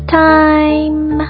time